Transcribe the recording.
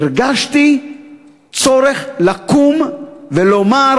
הרגשתי צורך לקום ולומר: